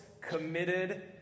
committed